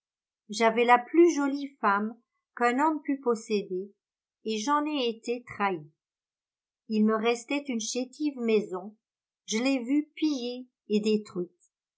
j'avais la plus jolie femme qu'homme pût posséder et j'en ai été trahi il me restait une chétive maison je l'ai vue pillée et détruite